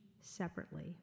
separately